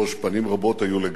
פנים רבות היו לגנדי.